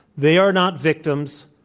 they are not victims.